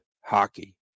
hockey